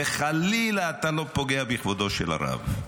וחלילה אתה לא פוגע בכבודו של הרב.